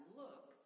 look